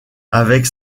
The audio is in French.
avec